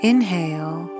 Inhale